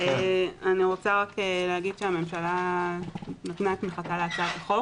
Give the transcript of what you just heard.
אני רוצה להגיד שהממשלה נתנה את תמיכתה להצעת החוק